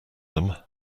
them